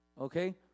Okay